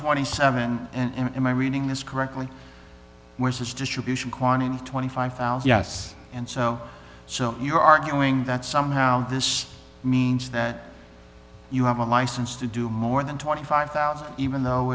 twenty seven and my reading this correctly which is distribution quantity twenty five thousand yes and so so you're arguing that somehow this means that you have a license to do more than twenty five thousand even though